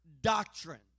doctrine